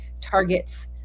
targets